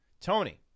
Tony